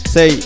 Say